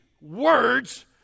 words